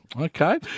Okay